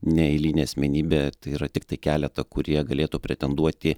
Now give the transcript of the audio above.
ne eilinė asmenybė tai yra tiktai keletą kurie galėtų pretenduoti